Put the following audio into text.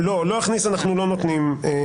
לא, על "לא יכניס" אנחנו לא נותנים קנס.